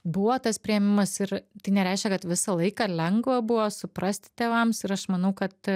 buvo tas priėmimas ir tai nereiškia kad visą laiką lengva buvo suprasti tėvams ir aš manau kad